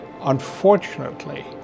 Unfortunately